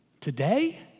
Today